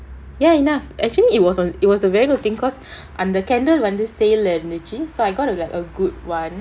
ya enough actually it was on it was a very good thing because அந்த:antha candle வந்து:vanthu sale lah இருந்துச்சி:irunduchi so I got like a good [one]